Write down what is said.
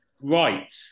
right